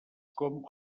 com